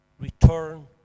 return